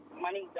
money